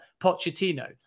Pochettino